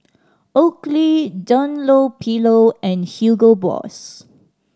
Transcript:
Oakley Dunlopillo and Hugo Boss